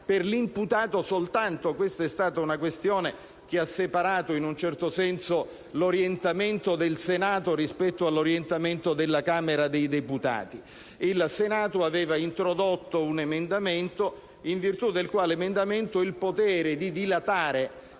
all'imputato. Questa è stata una questione che ha separato l'orientamento del Senato rispetto all'orientamento della Camera dei deputati: il Senato aveva introdotto un emendamento in virtù del quale il potere di dilatare